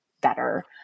better